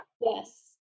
Yes